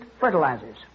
fertilizers